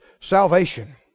salvation